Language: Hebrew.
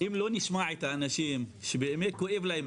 אם לא נשמע את האנשים שבאמת כואב להם,